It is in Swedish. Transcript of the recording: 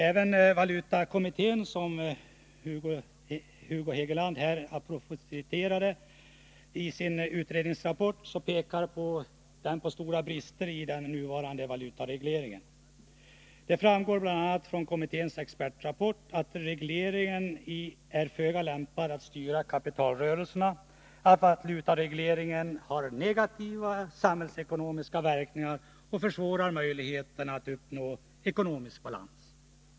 Även valutakommittén, som Hugo Hegeland här apostroferade, pekade i sin utredningsrapport på stora brister i den nuvarande valutaregleringen. Det framgår bl.a. av kommitténs expertrapport att regleringen är föga lämpad att styra kapitalrörelserna, att valutaregleringen har negativa samhällsekonomiska verkningar och att den försvårar möjligheterna att uppnå ekonomisk balans.